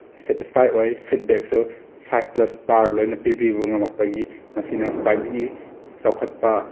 satisfy ꯑꯣꯏ ꯐꯤꯠꯕꯦꯛꯁꯨ five plus star ꯂꯣꯏꯅ ꯄꯤꯕꯤꯕ ꯉꯝꯃꯛꯄꯒꯤ ꯃꯁꯤꯅ ꯈ꯭ꯋꯥꯏꯗꯒꯤ ꯆꯥꯎꯈꯠꯄ